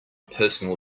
personal